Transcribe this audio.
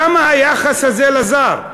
למה היחס הזה לזר?